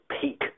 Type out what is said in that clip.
peak